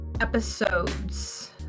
episodes